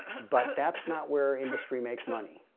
but that's not where industry makes money.